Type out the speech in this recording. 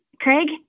Craig